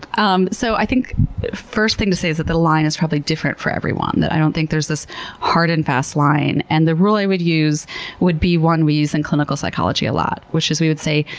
um so i think first thing to say is that the line is probably different for everyone. i don't think there's this hard and fast line. and the rule i would use would be one we use in clinical psychology a lot, which is, we would say,